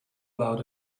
about